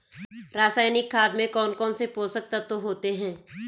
रासायनिक खाद में कौन कौन से पोषक तत्व होते हैं?